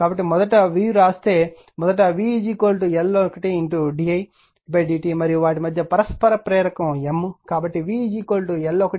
కాబట్టి మొదట v వ్రాస్తే మొదట v L1 d I మరియు వాటి మధ్య పరస్పర ప్రేరకం M